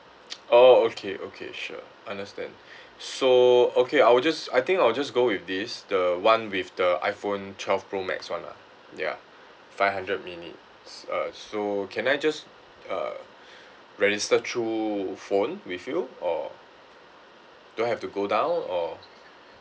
oh okay okay sure understand so okay I will just I think I will just go with this the one with the iphone twelve pro max one lah ya five hundred minutes uh so can I just uh register through phone with you or do I have to go down or